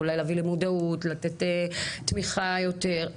אולי להביא למודעות, לתת תמיכה יותר.